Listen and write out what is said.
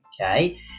okay